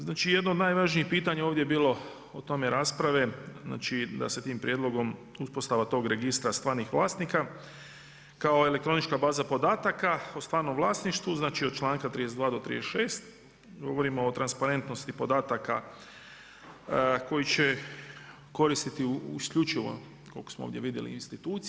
Znači jedno od najvažnijih pitanje ovdje je bilo o tome rasprave, znači da se tim prijedlogom uspostava tog registra stvarnih vlasnika kao elektronička baza podataka u stranom vlasništvu, znači od članka 32. do 36. govorimo o transparentnosti podataka koji će koristiti isključivo koliko smo ovdje vidjeli institucije.